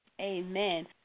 Amen